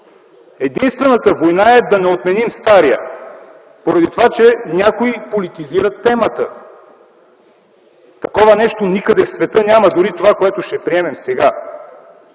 Единствената война е да не отменим стария поради това, че някои политизират темата. Такова нещо никъде в света няма – дори това, което ще приемем сега.